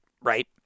right